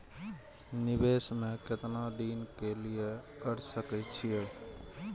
निवेश में केतना दिन के लिए कर सके छीय?